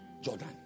Jordan